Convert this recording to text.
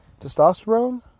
testosterone